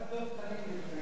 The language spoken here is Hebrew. רק דב חנין יתנגד,